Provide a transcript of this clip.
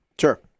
Sure